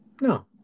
No